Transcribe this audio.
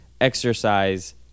exercise